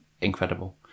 incredible